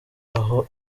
aho